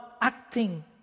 acting